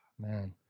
Man